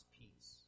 peace